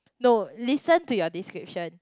no listen to your description